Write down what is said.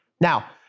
Now